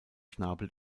schnabel